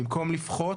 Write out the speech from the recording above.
במקום לפחות,